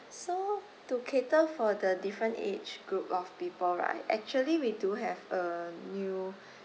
so to cater for the different age group of people right actually we do have a new